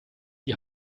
die